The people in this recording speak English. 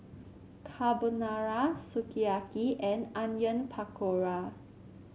Carbonara Sukiyaki and Onion Pakora